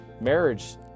marriage